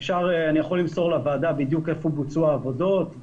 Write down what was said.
אני יכול למסור לוועדה בדיוק איפה בוצעו העבודות,